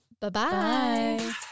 Bye-bye